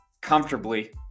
comfortably